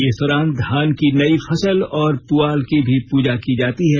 इस दौरान धान की नई फसल और पुआल की भी पूजा की जाती है